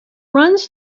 runs